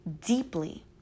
deeply